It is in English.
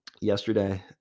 yesterday